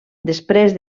després